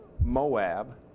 Moab